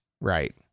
right